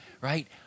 Right